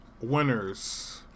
winners